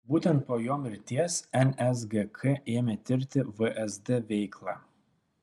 būtent po jo mirties nsgk ėmė tirti vsd veiklą